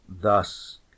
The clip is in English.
Thus